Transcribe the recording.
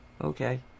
Okay